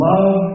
Love